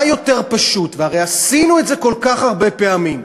מה יותר פשוט, והרי עשינו את זה כל כך הרבה פעמים,